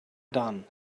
done